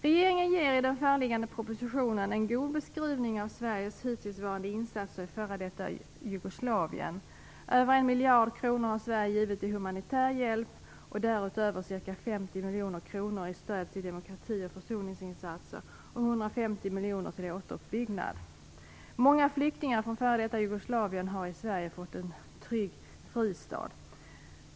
Regeringen ger i den föreliggande propositionen en god beskrivning av Sveriges hittillsvarande insatser i f.d. Jugoslavien. Över 1 miljard kronor har Sverige givit i humanitär hjälp och därutöver ca 50 miljoner kronor i stöd till demokrati och försoningsinsatser och 150 miljoner kronor till återuppbyggnad. Många flyktingar från f.d. Jugoslavien har i Sverige fått en trygg fristad.